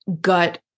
gut